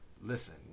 Listen